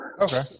Okay